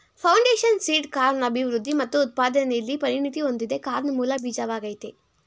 foundation seed corn ಅಭಿವೃದ್ಧಿ ಮತ್ತು ಉತ್ಪಾದನೆಲಿ ಪರಿಣತಿ ಹೊಂದಿದೆ ಕಾರ್ನ್ ಮೂಲ ಬೀಜವಾಗಯ್ತೆ